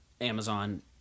Amazon